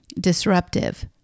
disruptive